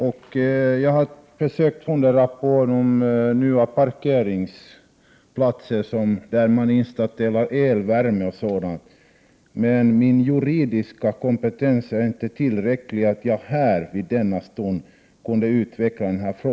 Jag har funderat på hur det förhåller sig med de nya parkeringsplatser där elvärme t.ex. installeras. Min juridiska kompetens är dock inte tillräcklig för att jag här och nu skall kunna utveckla frågan ytterligare.